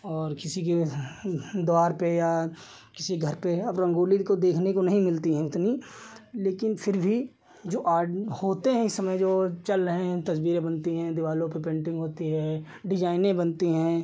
और किसी के द्वार पर या किसी घर पर अब रंगोली को देखने को नहीं मिलती है उतनी लेकिन फिर भी जो होते हैं इस समय जो चल रहे हैं तस्वीरें बनती हैं दीवारों पर पेन्टिन्ग होती है डिज़ाइनें बनती हैं